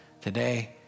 today